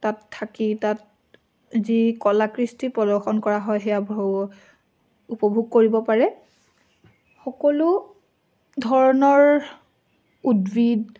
তাত থাকি তাত যি কলাকৃষ্টি প্ৰদৰ্শন কৰা হয় সেয়া উপভোগ কৰিব পাৰে সকলো ধৰণৰ উদ্ভিদ